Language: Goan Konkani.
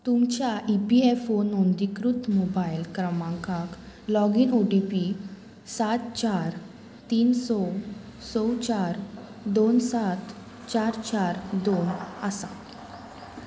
तुमच्या ई पी एफ ओ नोंदणीकृत मोबायल क्रमांकाक लॉगीन ओ टी पी सात चार तीन स स चार दोन सात चार चार दोन आसा